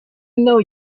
know